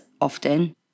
often